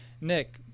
Nick